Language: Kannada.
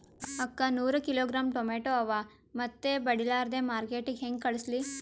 ಅಕ್ಕಾ ನೂರ ಕಿಲೋಗ್ರಾಂ ಟೊಮೇಟೊ ಅವ, ಮೆತ್ತಗಬಡಿಲಾರ್ದೆ ಮಾರ್ಕಿಟಗೆ ಹೆಂಗ ಕಳಸಲಿ?